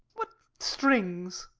what strings?